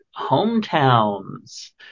Hometowns